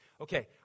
Okay